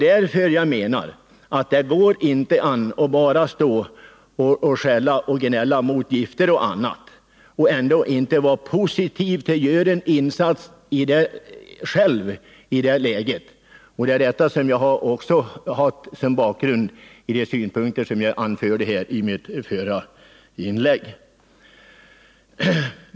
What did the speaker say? Det går inte att bara skälla och gnälla om gifter — man måste vara positiv till att själv göra en insats. Det är den inställningen som jag hade som bakgrund för de synpunkter jag anförde i mitt förra inlägg.